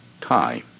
time